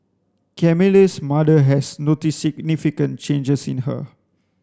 Camille's mother has noticed significant changes in her